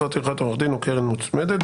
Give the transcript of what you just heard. שכר טרחת עורך דין או קרן מוצמדת,